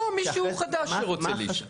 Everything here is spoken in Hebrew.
לא, מישהו חדש שרוצה להשתתף.